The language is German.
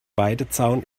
weidezaun